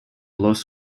los